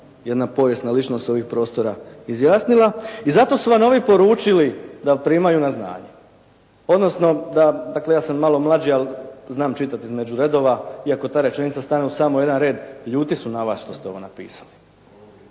jedna povijesna ličnost s ovih prostora izjasnila. I zato su vam ovi poručili da primaju na znanje odnosno da, dakle ja sam malo mlađi ali znam čitati između redova iako ta rečenica stane u samo jedan red, ljuti su na vas što ste ovo napisali.